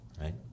Right